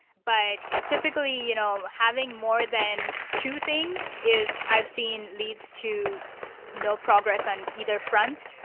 but typically, you know having more than two things is i've seen leads to no progress on either front.